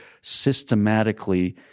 systematically